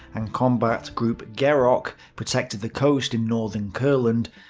and combat group gerok, protected the coast in northern kurland,